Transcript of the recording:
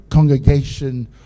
congregation